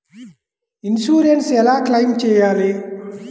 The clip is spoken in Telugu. ఇన్సూరెన్స్ ఎలా క్లెయిమ్ చేయాలి?